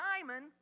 Simon